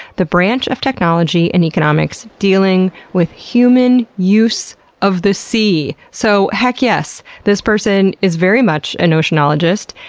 the branch of technology and economics dealing with human use of the sea. so heck yes, this person is very much an oceanologist.